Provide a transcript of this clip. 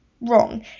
wrong